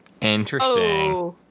Interesting